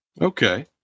okay